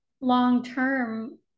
long-term